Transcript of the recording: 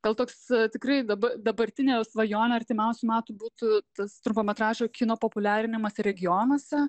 gal toks tikrai daba dabartinė svajonė artimiausių metų būtų tas trumpametražio kino populiarinimas regionuose